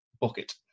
bucket